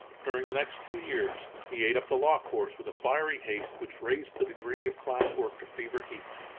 during the next two years he ate up the law course with a fiery haste which raised the degree of class work to fever heat.